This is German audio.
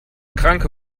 kranke